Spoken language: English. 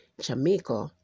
Jamaica